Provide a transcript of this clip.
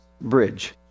Bridge